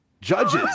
judges